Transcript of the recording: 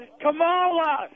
Kamala